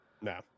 No